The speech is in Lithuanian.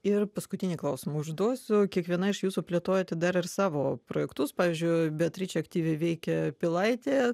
ir paskutinį klausimą užduosiu kiekviena iš jūsų plėtojate dar ir savo projektus pavyzdžiui beatričė aktyviai veikia pilaitėje